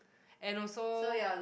and also